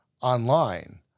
online